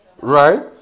right